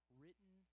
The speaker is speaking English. written